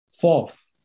Fourth